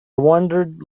wandered